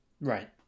Right